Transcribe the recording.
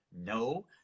No